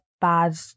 bad